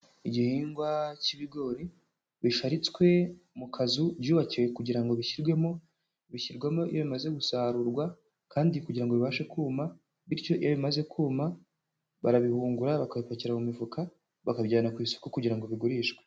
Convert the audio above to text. Igihingwa cy'ibigori bisharitswe mu kazu byubakiwe kugira ngo bishyirwemo, bishyirwamo iyo bimaze gusarurwa kandi kugira ngo ibashe kuma, bityo iyo bimaze kuma barabihungura bakabipakira mu mifuka babikajyana ku isoko kugira ngo bigurishwe.